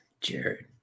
Jared